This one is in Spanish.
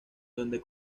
donde